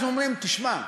אז אומרים: תשמע,